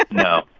like no.